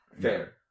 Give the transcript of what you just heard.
Fair